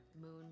Moon